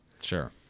sure